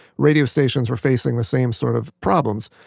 radio stations were facing the same sort of problems.